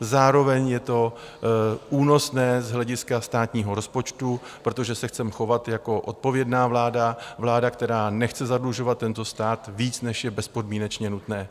Zároveň je to únosné z hlediska státního rozpočtu, protože se chceme chovat jako odpovědná vláda, která nechce zadlužovat tento stát víc, než je bezpodmínečně nutné.